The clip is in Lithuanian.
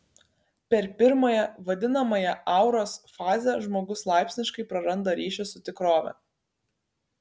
per pirmąją vadinamąją auros fazę žmogus laipsniškai praranda ryšį su tikrove